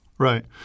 Right